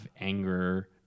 anger